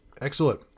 Excellent